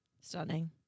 stunning